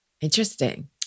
Interesting